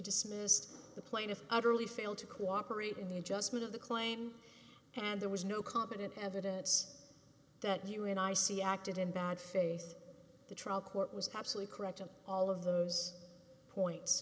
dismissed the plaintiff utterly failed to cooperate in the adjustment of the claim and there was no competent evidence that you and i see acted in bad faith the trial court was absolutely correct on all of those points